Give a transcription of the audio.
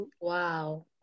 wow